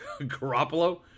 Garoppolo